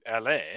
LA